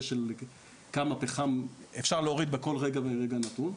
של כמה פחם אפשר להוריד בכל רגע ורגע נתון,